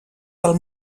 del